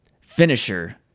finisher